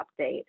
update